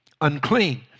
unclean